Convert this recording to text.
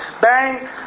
bang